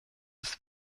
ist